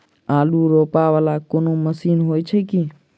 आलु रोपा वला कोनो मशीन हो छैय की?